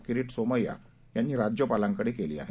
किरीट सोमैया यांनी राज्यपालांकडे केली आहे